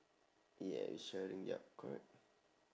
yeah we sharing yup correct